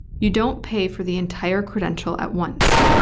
you don't pay for the entire credential at once.